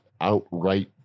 outright